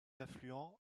affluent